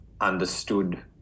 understood